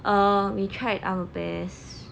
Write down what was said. err we tried our best